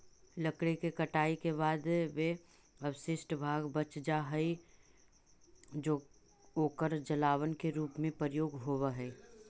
लकड़ी के कटाई के बाद जे अवशिष्ट भाग बच जा हई, ओकर जलावन के रूप में प्रयोग होवऽ हई